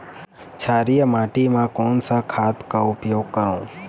क्षारीय माटी मा कोन सा खाद का उपयोग करों?